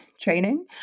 training